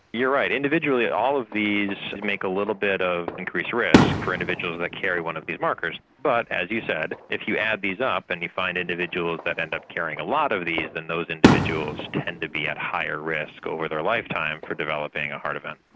you're right. individually all of these make a little bit of an increased risk for individuals that carry one of these markers. but, as you said, if you add these up and you find individuals that end up carrying a lot of these, then those individuals tend to be at higher risk over their lifetime for developing a heart event.